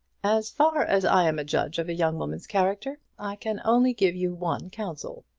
as far as i am a judge of a young woman's character, i can only give you one counsel,